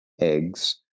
eggs